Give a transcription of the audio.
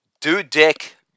do-dick